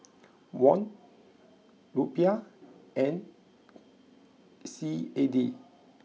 won Rupiah and C A D